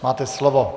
Máte slovo.